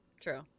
true